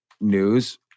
news